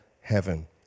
heaven